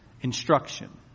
instruction